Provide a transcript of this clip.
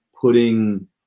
putting